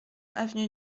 avenue